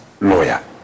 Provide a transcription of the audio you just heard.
lawyer